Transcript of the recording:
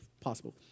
possible